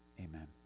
Amen